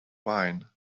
wine